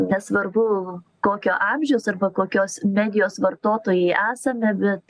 nesvarbu kokio amžiaus arba kokios medijos vartotojai esame bet